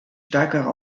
stärkere